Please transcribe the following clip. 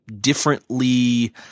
differently